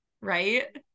right